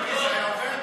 אלעזר, זה היה עובר?